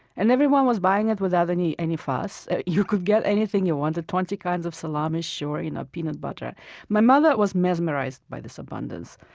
and everyone was buying it without any any fuss. you could get anything you wanted twenty kinds of salami, and peanut butter my mother was mesmerized by this abundance.